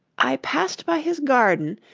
i passed by his garden,